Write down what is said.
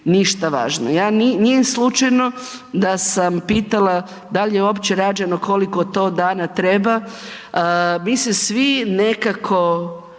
ništa važno. Ja, nije slučajno da sam pitala da li je uopće rađeno, koliko to dana treba, mi se svi nekako